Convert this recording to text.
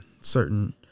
certain